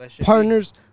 partners